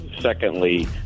Secondly